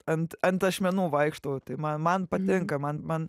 ant ant ašmenų vaikštau tai man man patinka man man